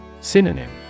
Synonym